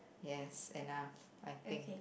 yes enough I think